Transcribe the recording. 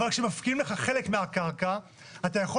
אבל כשמפקיעים לך חלק מהקרקע אתה יכול